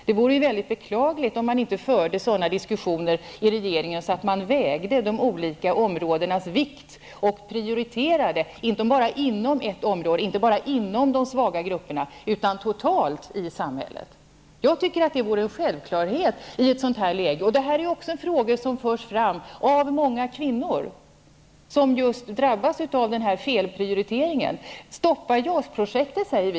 Det vore beklagligt om man inte i regeringen förde diskussioner där man väger de olika områdenas vikt och prioriterar inte bara inom de svaga grupperna utan totalt i samhället. Jag tycker att det vore en självklarhet i ett sådant här läge. Sådana här frågor förs fram av många kvinnor som drabbas av felprioriteringen. Vi säger: Stoppa JAS projektet!